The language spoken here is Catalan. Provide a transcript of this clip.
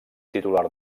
titular